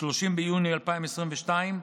30 ביוני 2022,